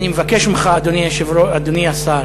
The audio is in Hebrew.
אני מבקש ממך, אדוני השר,